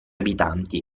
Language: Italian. abitanti